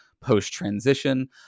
post-transition